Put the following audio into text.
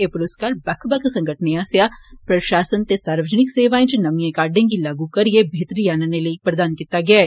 एह् पुरुस्कार बक्ख बक्ख संगठने आस्सेआ प्रशासन दे सार्वजनिक सेवाएं च नमिएं काह्डें गी लागू करिए बेहतरी आनने लेई प्रदान कीता गेआ ऐ